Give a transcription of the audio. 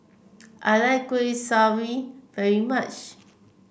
I like Kuih Kaswi very much